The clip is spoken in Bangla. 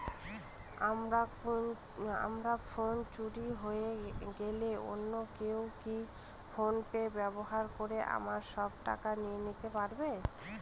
আমার ফোন চুরি হয়ে গেলে অন্য কেউ কি ফোন পে ব্যবহার করে আমার সব টাকা নিয়ে নিতে পারবে?